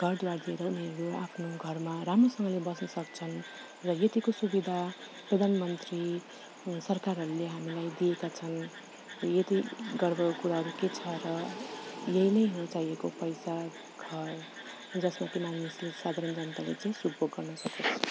घर द्वार दिएर उनीहरू आफ्नो घरमा राम्रोसँगले बस्न सक्छन् र यतिको सुविधा प्रधानमन्त्री सरकारहरूले हामीलाई दिएका छन् यदि घरबारको कुराहरू के छ र यही नै हो चाहिएको पैसा घर जसमा कि मानिसले साधारण जनताले चाहिँ सुख भोग गर्न सकोस्